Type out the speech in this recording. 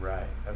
Right